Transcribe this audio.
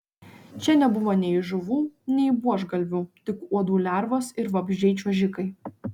čia nebuvo nei žuvų nei buožgalvių tik uodų lervos ir vabzdžiai čiuožikai